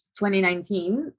2019